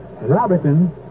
Robertson